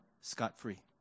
scot-free